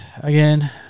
Again